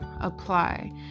apply